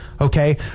Okay